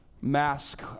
mask